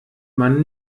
man